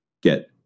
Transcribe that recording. get